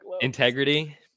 Integrity